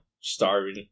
starving